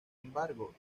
embargo